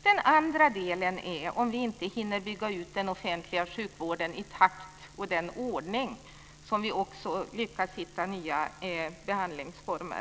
Den andra delen är om vi inte hinner bygga ut den offentliga sjukvården i takt med att vi lyckas hitta nya behandlingsformer.